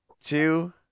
two